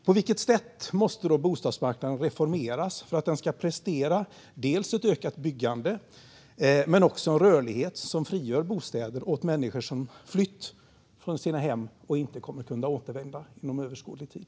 På vilket sätt måste bostadsmarknaden reformeras för att den ska prestera dels ett ökat byggande, dels en rörlighet som frigör bostäder åt människor som flytt från sina hem och inte kommer att kunna återvända inom överskådlig tid?